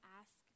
ask